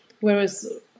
Whereas